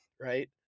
right